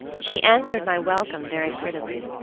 she answered my welcome very prettily.